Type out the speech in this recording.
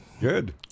Good